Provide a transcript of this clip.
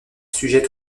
sujets